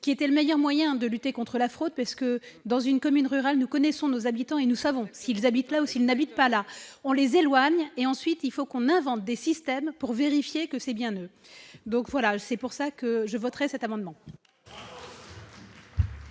qui était le meilleur moyen de lutter contre la fraude, parce que dans une commune rurale, nous connaissons nos habitants et nous savons qu'ils habitent là aussi il n'habite pas là on les éloigne et ensuite il faut qu'on invente des systèmes pour vérifier que c'est bien, donc voilà, c'est pour ça que je voterai cet amendement.